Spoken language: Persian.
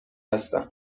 هستم